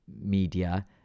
media